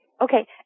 Okay